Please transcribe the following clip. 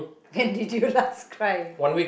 when did you last cry